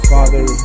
Father